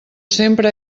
sempre